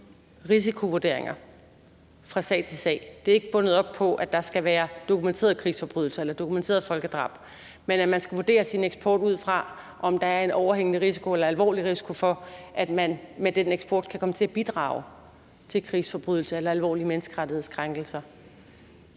Det er ikke bundet op på, at der skal være dokumenterede krigsforbrydelser eller dokumenteret folkedrab, men at man skal vurdere sin eksport ud fra, om der er en overhængende eller alvorlig risiko for, at man med den eksport kan komme til at bidrage til krigsforbrydelser eller alvorlige menneskerettighedskrænkelser.